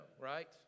right